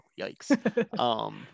Yikes